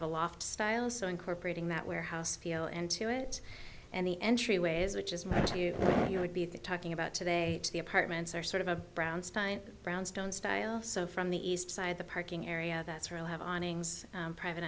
of a loft style so incorporating that warehouse feel into it and the entryways which is what you would be the talking about today the apartments are sort of a brownstein brownstone style so from the east side the parking area that's real have awnings private